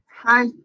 Hi